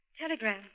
telegram